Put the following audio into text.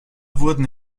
wurden